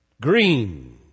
Green